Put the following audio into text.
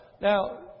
Now